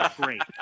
great